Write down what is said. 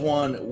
one